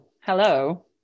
Hello